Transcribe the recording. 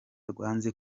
rwanze